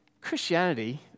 Christianity